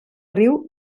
riu